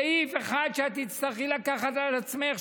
סעיף אחד שאת תצטרכי לקחת על עצמך,